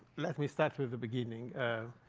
let me start with the beginning.